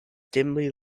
dimly